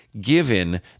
given